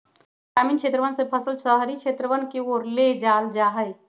ग्रामीण क्षेत्रवन से फसल शहरी क्षेत्रवन के ओर ले जाल जाहई